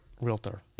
realtor